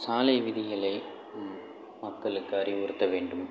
சாலைவிதிகளை மக்களுக்கு அறிவுறுத்த வேண்டும்